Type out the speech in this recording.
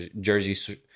jersey